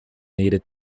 needed